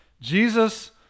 Jesus